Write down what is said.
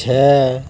छः